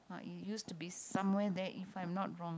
ah it used to be somewhere there if I am not wrong